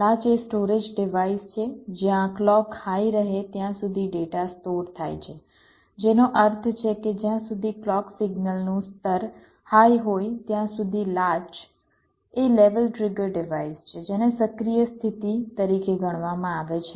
latch એ storage device છે જ્યાં ક્લૉક હાઈ રહે ત્યાં સુધી ડેટા સ્ટોર થાય છે જેનો અર્થ છે કે જ્યાં સુધી ક્લૉક સિગ્નલનું સ્તર હાઈ હોય ત્યાં સુધી લાચ એ લેવલ ટ્રિગર ડિવાઇસ છે જેને સક્રિય સ્થિતિ તરીકે ગણવામાં આવે છે